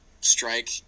strike